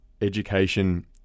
education